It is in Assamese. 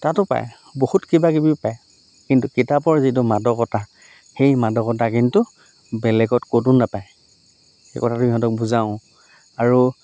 তাতো পায় বহুত কিবা কিবি পায় কিন্তু কিতাপৰ যিটো মাদকতা সেই মাদকতা কিন্তু বেলেগত ক'তো নাপায় সেই কথাটো সিহঁতক বুজাওঁ আৰু